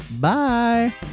Bye